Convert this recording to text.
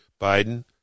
Biden